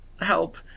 help